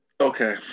Okay